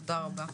תודה רבה.